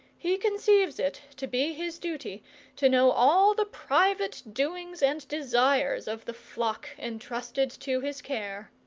he conceives it to be his duty to know all the private doings and desires of the flock entrusted to his care.